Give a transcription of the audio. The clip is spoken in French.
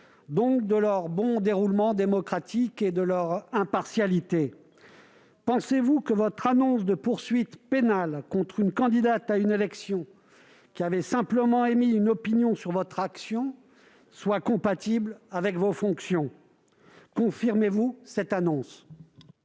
donc de leur bon déroulement démocratique et de leur impartialité. Pensez-vous que votre annonce de poursuites pénales contre une candidate à une élection qui avait simplement émis une opinion sur votre action soit compatible avec vos fonctions ? Confirmez-vous cette annonce